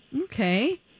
Okay